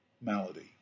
malady